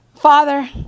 Father